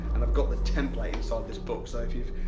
and i've got the template inside this book, so if you've.